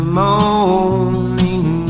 morning